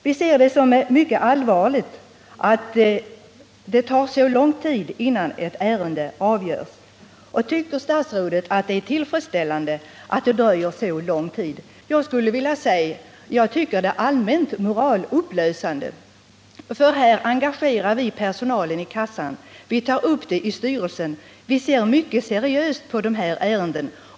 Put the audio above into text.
Vi ser det som mycket allvarligt att det tar så lång tid innan ett ärende avgörs. Tycker statsrådet att det är tillfredsställande att det dröjer så länge? Jag skulle vilja säga: Jag tycker det är allmänt moralupplösande. Här engagerar vi personalen i kassan och tar upp ärendet i styrelsen. Vi ser mycket seriöst på de här ärendena.